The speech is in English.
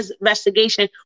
investigation